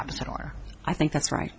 opposite order i think that's right